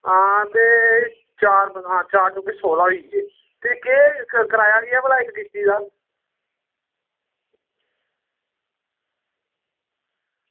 हां ते चार हां चार चौके सोलां होई गे ते केह् कराया केह् ऐ भला इक किश्ती दा